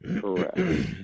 Correct